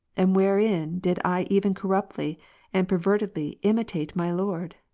and wherein did i even corruptly and pervertedly imitate my lord?